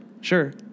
Sure